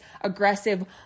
aggressive